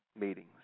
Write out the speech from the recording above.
meetings